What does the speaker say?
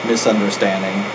Misunderstanding